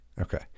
Okay